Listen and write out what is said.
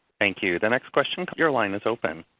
thank you. the next question, your line is open.